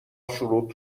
شروط